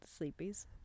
sleepies